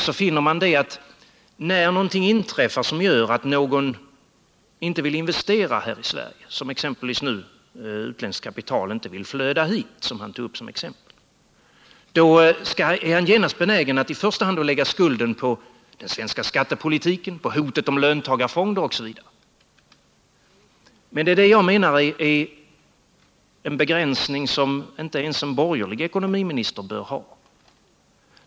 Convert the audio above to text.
Vad jag åsyftar är att när någonting inträffar som gör att någon inte vill investera här i Sverige, exempelvis det som Gösta Bohman anförde i fråga om att utländskt kapital inte vill flöda hit, är Gösta Bohman genast benägen att lägga skulden i första hand på den svenska skattepolitiken, på hotet om löntagarfonder, osv. Men ett sådant resonemang innebär en begränsning som enligt min mening inte ens en borgerlig ekonomiminister bör ha.